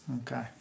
Okay